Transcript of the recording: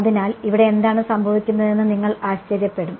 അതിനാൽ ഇവിടെ എന്താണ് സംഭവിക്കുന്നതെന്ന് നിങ്ങൾ ആശ്ചര്യപ്പെടുo